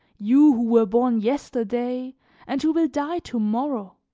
you who were born yesterday and who will die to-morrow?